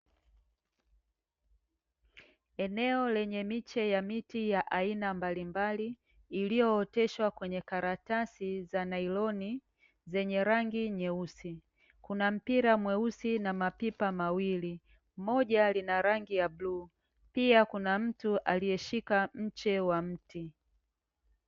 Eneo lenye miche ya miti ya aina mbalimbali, iliyooteshwa kwenye karatasi za nailoni zenye rangi nyeusi. Kuna mpira mweusi na mapipa mawili; moja lina rangi ya blue. Pia kuna mtu alieshika mche wa mti.